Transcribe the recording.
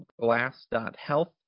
glass.health